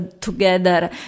together